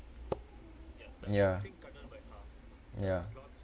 ya ya